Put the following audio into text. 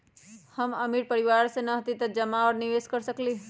हम अमीर परिवार से न हती त का हम जमा और निवेस कर सकली ह?